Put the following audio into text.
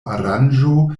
aranĝo